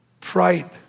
Pride